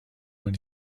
when